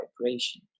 vibration